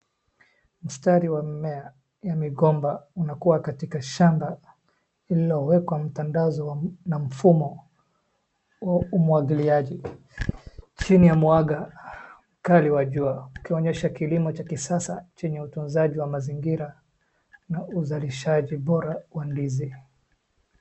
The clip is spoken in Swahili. Mstari wa mimea ya migomba unakua katika shamaba lililowekwa mtandazo na mfumo wa umwagiliaji chini ya mwanga kali wajua. Ikionyesha kilimo cha kisasa chenye utunzaji wa mazingira na uzalishaji bora wa ndizi.